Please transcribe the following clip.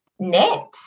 net